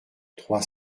trois